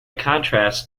contrast